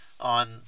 on